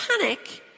panic